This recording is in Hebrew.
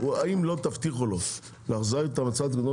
אם לא תבטיחו לו להחזיר את המצב לקדמותו,